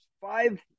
five